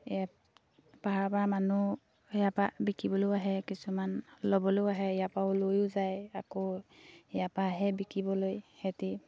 এই পাহাৰৰপৰা মানুহ সেয়াৰপৰা বিকিবলৈয়ো আহে কিছুমান ল'বলৈয়ো আহে ইয়াৰপৰাও লৈয়ো যায় আকৌ ইয়াৰপৰা আহে বিকিবলৈ সেহেঁতি